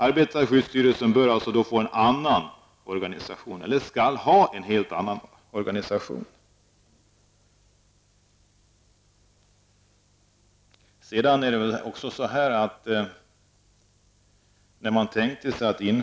Arbetarskyddsstyrelsen skall ha en helt annan organisation.